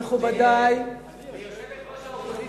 מכובדי, היא יושבת-ראש האופוזיציה.